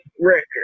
record